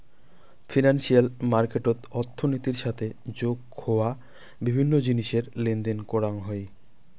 financial মার্কেটত অর্থনীতির সাথে যোগ হওয়া বিভিন্ন জিনিসের লেনদেন করাং হই